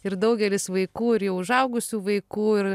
ir daugelis vaikų ir jau užaugusių vaikų ir